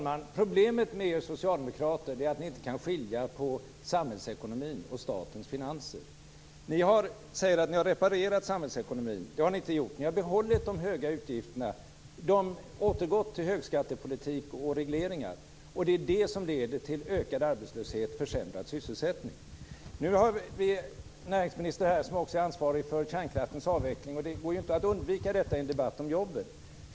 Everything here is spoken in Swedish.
Fru talman! Problemet med er socialdemokrater är att ni inte kan skilja på samhällsekonomin och på statens finanser. Ni säger att ni har reparerat samhällsekonomin. Det har ni inte gjort. Ni har behållit de höga utgifterna, återgått till högskattepolitik och regleringar. Det är det som leder till ökad arbetslöshet och försämrad sysselsättning. Nu har vi näringsministern här, som också är ansvarig för kärnkraftens avveckling vilken det inte går att undvika i en debatt om jobben.